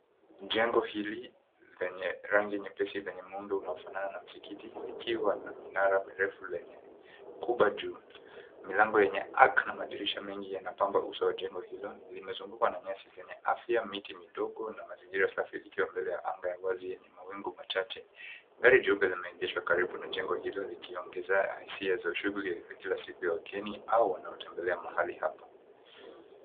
Jengo hili lenye rangi nyepesi lenye muundo unaofanana na msikiti likiwa na minara mirefu lenye kuba juu milango yenye arc na madirisha mengi yanapamba uso wa jengo hilo limezungukwa na nyasi zenye afya miti midogo na mazingira safi likiwa mbele ya anga ya wazi yenye mawingu. Machache gari jeupe limeegeshwa karibu na jengo hilo likiongezea hisia za ushughuli za kila siku ya wageni au wanaotembelea mahali hapa.